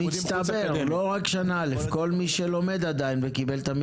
רק לזכאים של ממדים ללימודים,